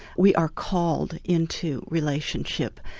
we are called into relationship,